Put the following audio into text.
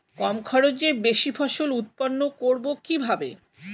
কম খরচে বেশি ফসল উৎপন্ন করব কিভাবে?